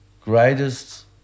greatest